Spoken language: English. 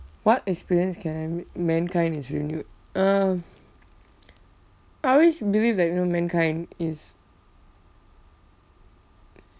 what experience can help mankind is renewed uh I always believe that you know mankind is